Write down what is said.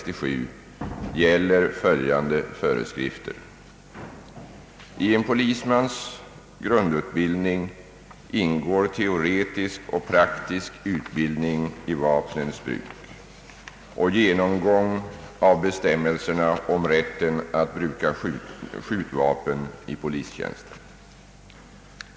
I en polismans grundutbildning ingår teoretisk och praktisk utbildning i vapnens bruk och genomgång av bestämmelserna om rätten att bruka skjutvapen i polistjänsten.